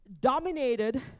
dominated